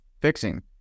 fixing